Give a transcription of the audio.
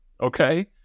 Okay